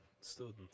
student